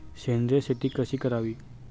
सेंद्रिय शेती कशी करावी?